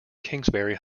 kingsbury